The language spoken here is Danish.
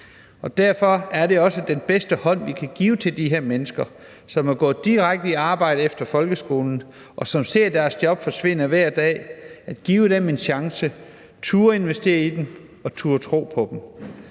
Derfor er den bedste hånd, vi kan give til de her mennesker, som er gået direkte i arbejde efter folkeskolen, og som ser deres job forsvinde hver dag, også at give dem en chance, turde investere i dem og turde tro på dem.